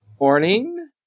morning